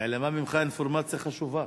נעלמה ממך אינפורמציה חשובה.